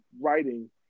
writing